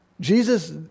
Jesus